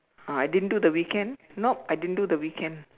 uh I didn't do the weekend nope I didn't do the weekend